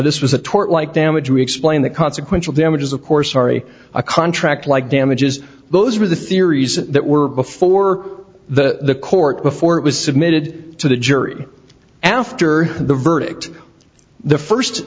this was a tort like damage to explain the consequential damages of course ari a contract like damages those are the theories that were before the court before it was submitted to the jury after the verdict the first